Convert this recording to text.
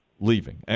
leaving